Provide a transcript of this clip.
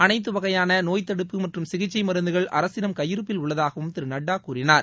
அனைத்து வகையான நோய்த்தடுப்பு மற்றும் சிகிச்சை மருந்துகள் அரசிடம் கையிருப்பில் உள்ளதாகவும் நட்டா கூறினார்